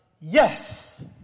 yes